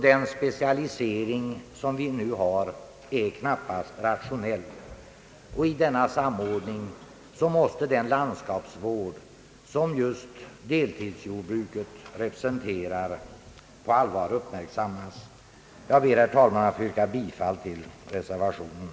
Den specialisering vi nu har är knappast rationell. I denna samordning måste den landskapsvård som just deltidsjordbruket representerar på allvar uppmärksammas. Jag ber, herr talman, att få yrka bifall till reservationen.